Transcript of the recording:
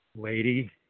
lady